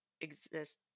exist